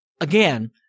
again